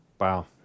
Wow